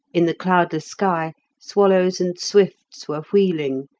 in the cloudless sky swallows and swifts were wheeling,